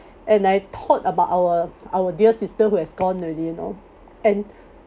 and I thought about our our dear sister who has gone already you know and